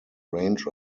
range